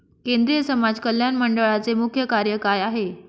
केंद्रिय समाज कल्याण मंडळाचे मुख्य कार्य काय आहे?